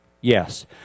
Yes